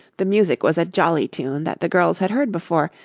the music was a jolly tune that the girls had heard before,